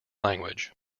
language